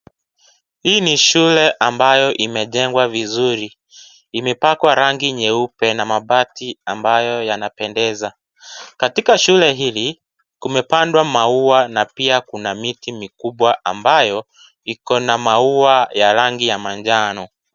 Hii ni shule ambayo imejengwa vizuri. Imepakwa rangi nyeupe na mabati ambayo yanapendeza. Katika shule hili, kumepandwa maua na pia kuna miti mikubwa ambayo ,iko na maua ya rangi ya manjano.